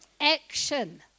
Action